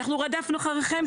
אנחנו רדפנו אחריכם,